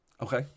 Okay